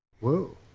whoa